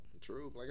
True